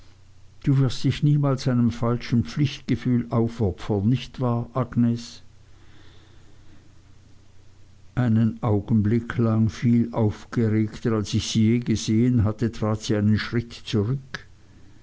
du wirst dich niemals einem falschen pflichtgefühl aufopfern nicht wahr agnes einen augenblick lang viel aufgeregter als ich sie je gesehen trat sie einen schritt zurück